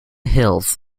hills